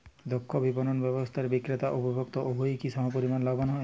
দক্ষ বিপণন ব্যবস্থায় বিক্রেতা ও উপভোক্ত উভয়ই কি সমপরিমাণ লাভবান হয়?